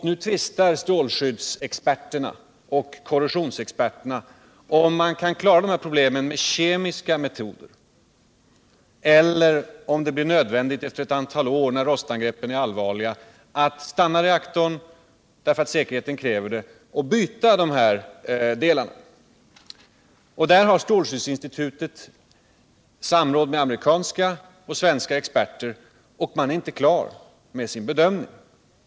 Nu tvistar strålskyddsexperterna och korrosionsexperterna om huruvida man kan klara detta problem med kemiska metoder eller om det efter ett antal år, när rostangreppen är allvarliga, blir nödvändigt att stanna reaktorn, därför att säkerheten kräver det, och byta ut de rostiga delarna. Strålskyddsinstitutet har samråd med amerikanska och svenska experter, men de är inte klara med sin bedömning.